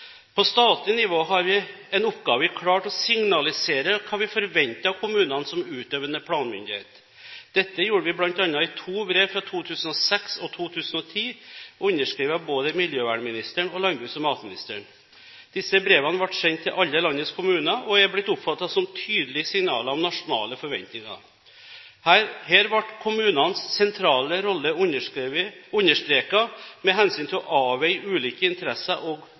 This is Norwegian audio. På statlig nivå har vi en oppgave i klart å signalisere hva vi forventer av kommunene som utøvende planmyndighet. Dette gjorde vi bl.a. i to brev fra 2006 og 2010, underskrevet av både miljøvernministeren og landbruks- og matministeren. Disse brevene ble sendt til alle landets kommuner og er blitt oppfattet som tydelige signaler om nasjonale forventninger. Her ble kommunenes sentrale rolle understreket med hensyn til å avveie ulike interesser og